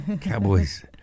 Cowboys